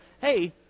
hey